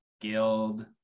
guild